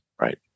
Right